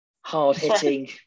hard-hitting